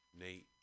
Nate